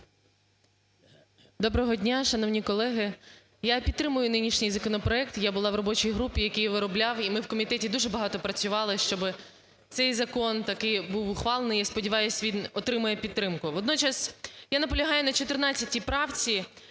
Доброго дня, шановні колеги. Я підтримую нинішній законопроект, я була в робочій групі, який виробляв і ми в комітеті дуже багато працювали, щоб цей закон таки був ухвалений, я сподіваюсь, він отримає підтримку. Водночас я наполягаю на 14 правці